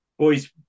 Boys